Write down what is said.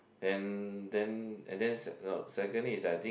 and then and then se~ secondly is I think